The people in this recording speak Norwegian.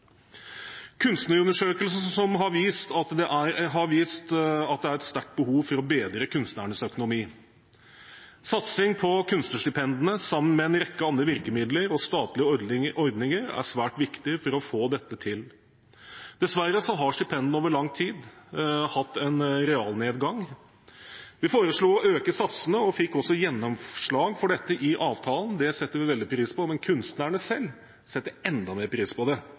Kunstnerundersøkelsen har vist at det er et sterkt behov for å bedre kunstnernes økonomi. Satsing på kunstnerstipendene, sammen med en rekke andre virkemidler og statlige ordninger, er svært viktig for å få dette til. Dessverre har stipendene over lang tid hatt en realnedgang. Vi foreslo å øke satsene og fikk også gjennomslag for dette i avtalen. Det setter vi veldig pris på, men kunstnerne selv setter enda mer pris på det,